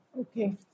Okay